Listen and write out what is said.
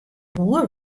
boer